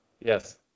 Yes